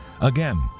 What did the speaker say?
Again